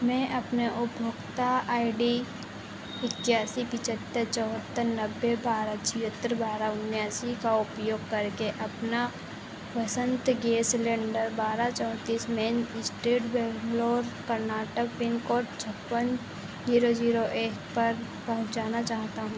मैं अपने उपभोक्ता आई डी इक्यासी पचहत्तर चौहत्तर नब्बे बारह छिहत्तर बारह उन्यासी का उपयोग करके अपना वसंत गेस सिलेन्डर बारह चौंतीस main estate Bangalore Karnataka pin code छप्पन जीरो जीरो एक पर पहुँचाना चाहता हूँ